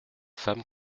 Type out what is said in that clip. femme